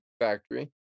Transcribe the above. Factory